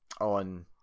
on